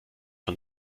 von